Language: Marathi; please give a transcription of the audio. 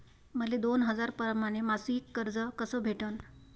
मले दोन हजार परमाने मासिक कर्ज कस भेटन?